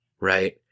right